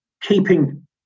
keeping